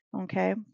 Okay